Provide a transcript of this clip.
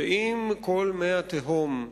ואם כל מי התהום,